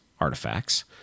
artifacts